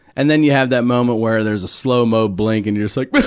and then you have that moment where there's a slo-mo blink and you're like.